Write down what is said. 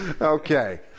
okay